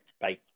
Bye